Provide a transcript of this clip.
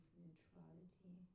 neutrality